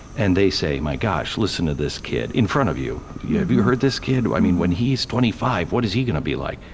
and they say, my gosh, listen to this kid, in front of you. have you heard this kid? i mean, when he's twenty five, what is he going to be like?